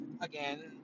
Again